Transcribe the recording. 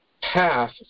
path